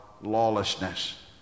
lawlessness